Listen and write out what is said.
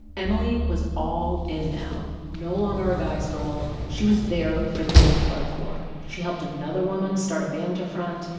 emily was all in now, no longer a guy's girl. she was there for the women of hardcore. she helped another woman start a band to front,